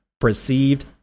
perceived